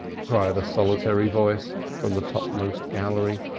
cried a solitary voice from the topmost gallery.